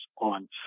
on